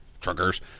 truckers